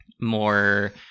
more